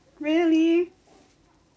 really